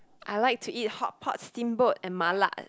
I like to eat hotpot steamboat and mala at